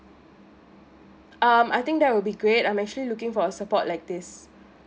um I think that will be great I'm actually looking for a support like this